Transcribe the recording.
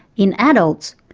in adults,